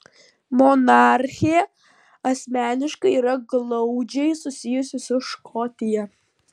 monarchė asmeniškai yra glaudžiai susijusi su škotija